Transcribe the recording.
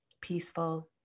peaceful